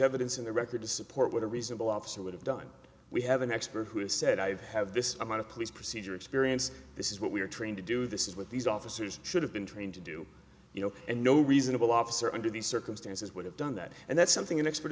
evidence in the record to support what a reasonable absolute have done we have an expert who has said i have this amount of police procedure experience this is what we're trained to do this is what these officers should have been trained to do you know and no reasonable officer under these circumstances would have done that and that's something an expert